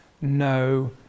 no